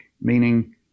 Meaning